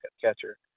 catcher